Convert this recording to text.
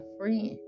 friend